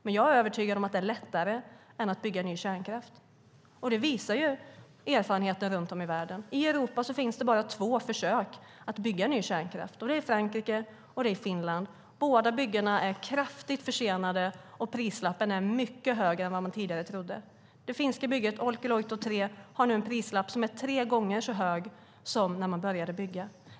Jag är dock övertygad om att det är lättare än att bygga ny kärnkraft, och det visar ju erfarenheter runt om i världen. I Europa finns det bara två försök att bygga ny kärnkraft, och det är i Frankrike och Finland. Både byggena är kraftigt försenade, och prislappen är mycket högre än man tidigare trodde. Det finska bygget Olkiluoto 3 har nu en prislapp som är tre gånger så hög som när man började bygga.